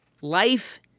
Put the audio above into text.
life